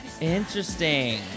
Interesting